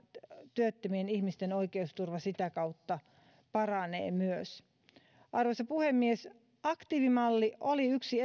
työttömien ihmisten oikeusturva sitä kautta paranee myös arvoisa puhemies aktiivimalli oli yksi